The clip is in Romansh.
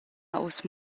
ussa